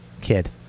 kid